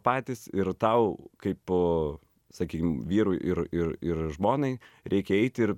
patys ir tau kaip sakykime vyrui ir ir ir žmonai reikia eiti ir